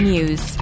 News